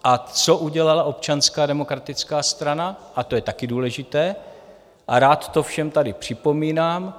A co udělala Občanská demokratická strana a to je taky důležité a rád to všem tady připomínám?